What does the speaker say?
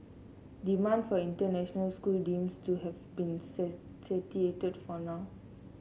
demand for international schools seems to have been satiated for now